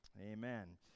amen